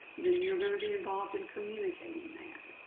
then you're going to be involved in communicating that.